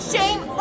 Shame